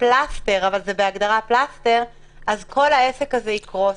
אז כל העסק יקרוס.